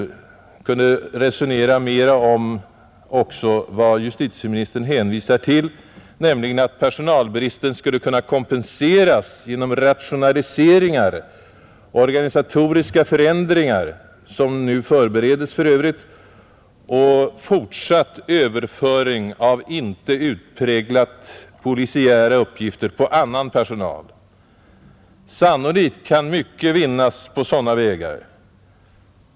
Vi kunde då också mera resonera om vad justitieministern hänvisar till, nämligen att personalbrist kan kompenseras genom rationaliseringar och organisatoriska förändringar, som nu för övrigt förbereds, och fortsatt överföring av inte utpräglat polisiära uppgifter till annan personal. Sannolikt kan mycket vinnas på sådana vägar.